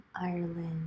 Ireland